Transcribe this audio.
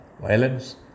Violence